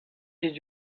did